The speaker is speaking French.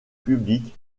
public